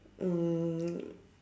um